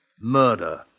murder